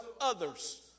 others